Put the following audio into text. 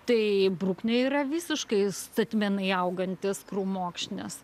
tai bruknė yra visiškai statmenai augantis krūmokšnis